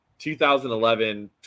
2011